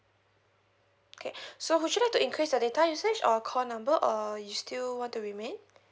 okay so would you to increase the data usage or call number or you still want to remain